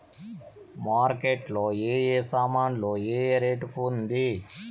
Market లో ఏ ఏ సామాన్లు ఏ ఏ రేటు ఉంది?